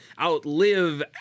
outlive